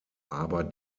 aber